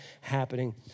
happening